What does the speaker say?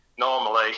normally